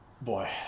boy